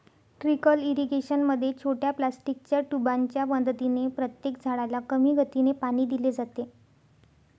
trickle irrigation मध्ये छोट्या प्लास्टिकच्या ट्यूबांच्या मदतीने प्रत्येक झाडाला कमी गतीने पाणी दिले जाते